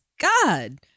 God